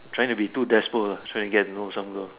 trying to too despo ah trying get know some girl